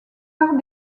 art